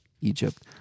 Egypt